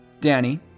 Danny